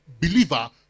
believer